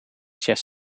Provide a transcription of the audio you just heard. chess